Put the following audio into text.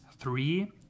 Three